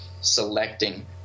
selecting